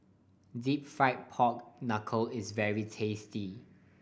Deep Fried Pork Knuckle is very tasty